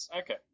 okay